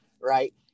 right